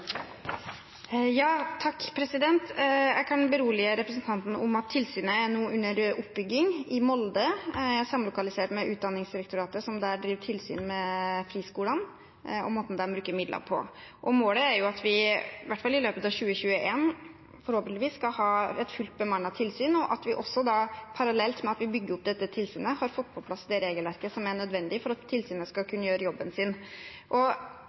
Jeg kan berolige representanten med at tilsynet nå er under oppbygging. I Molde er det samlokalisert med Utdanningsdirektoratet, som der driver tilsyn med friskolene og måten de bruker midler på. Målet er at vi i hvert fall i løpet av 2021 forhåpentligvis skal ha et fullt bemannet tilsyn, og at vi parallelt med at vi bygger opp dette tilsynet, får på plass det regelverket som er nødvendig for at tilsynet skal kunne gjøre jobben sin.